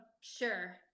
sure